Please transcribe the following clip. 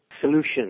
solution